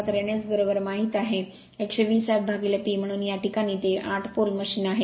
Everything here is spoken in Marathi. तर n S माहित आहे 120 fP म्हणून या प्रकरणात ते 8 पोल मशीन आहे